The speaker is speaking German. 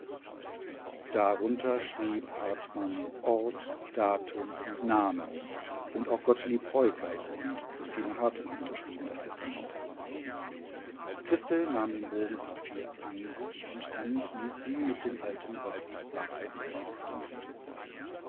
darunter schrieb hartmann ort datum und namen und auch gottlieb peuker und christine hartmann unterschrieben das testament christel nahm den bogen papier an sich und dann hielt sie mit dem alten gottlieb wache bei dem kranken